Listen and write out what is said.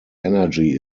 energy